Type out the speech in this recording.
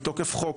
מתוקף חוק.